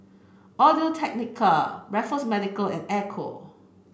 Audio Technica Raffles Medical and Ecco